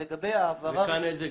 מה הגיל כאן?